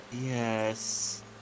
Yes